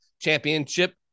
championship